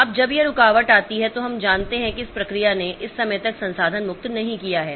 अब जब यह रुकावट आती है तो हम जानते हैं कि इस प्रक्रिया ने इस समय तक संसाधन मुक्त नहीं किया है